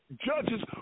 judges